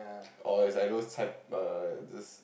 oh it's I know uh this